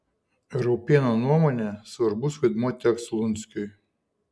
raupėno nuomone svarbus vaidmuo teks lunskiui